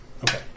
Okay